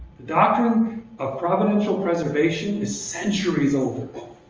the doctrine of providential preservation is centuries older. it